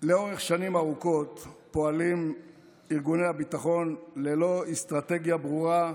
לאורך שנים ארוכות פועלים ארגוני הביטחון ללא אסטרטגיה ברורה,